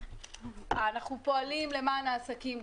אנחנו פועלים למען העסקים,